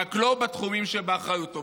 רק לא בתחומים שבאחריותו.